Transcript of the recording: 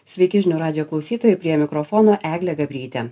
sveiki žinių radijo klausytojai prie mikrofono eglė gabrytė